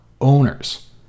owners